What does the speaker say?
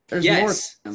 Yes